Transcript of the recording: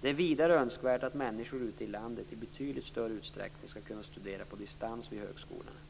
Det är vidare önskvärt att människor ute i landet i betydligt större utsträckning skall kunna studera på distans vid högskolorna.